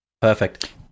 perfect